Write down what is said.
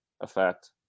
effect